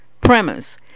premise